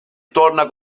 torna